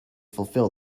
fulfil